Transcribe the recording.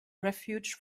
refuge